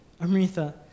Amrita